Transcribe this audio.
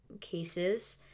cases